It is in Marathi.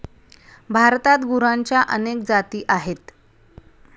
भारतात गुरांच्या अनेक जाती आहेत